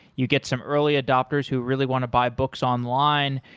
you get some early adopters who really want to buy books online.